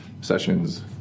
sessions